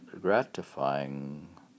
gratifying